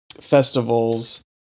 festivals